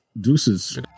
deuces